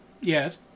Yes